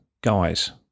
guys